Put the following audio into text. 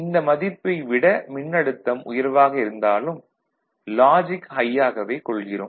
இந்த மதிப்பை விட மின்னழுத்தம் உயர்வாக இருந்தாலும் லாஜிக் ஹை யாகவே கொள்கிறோம்